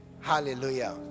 Hallelujah